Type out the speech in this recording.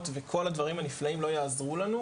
וכל הדברים הנפלאים לא יעזרו לנו,